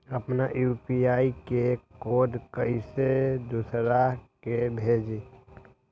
अपना यू.पी.आई के कोड कईसे दूसरा के भेजी?